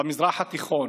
במזרח התיכון.